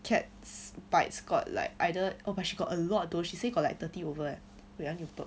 kat's bite scored like either oh but she got a lot though she say got like thirty over eh wait I need to burp